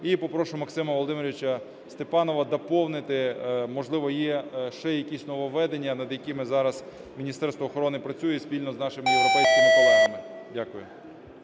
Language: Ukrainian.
І попрошу Максима Володимировича Степанова доповнити, можливо, є ще якісь нововведення, над якими зараз Міністерство охорони працює спільно з нашими європейськими колегами. Дякую.